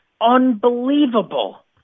unbelievable